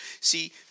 See